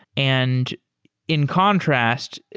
and in contrast,